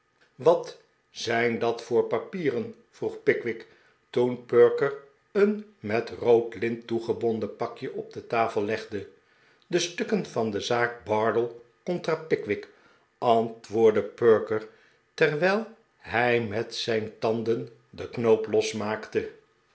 wat zijn dat voor papieren vroeg pickwick toen perker een met rood lint bardell contra pickwick toegebonden pakje op de tafel legde de stukken van de zaak van bardell contra pickwick antwoordde perker terwijl hij met zijn tanden den knoop losmaakte